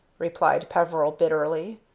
replied peveril, bitterly.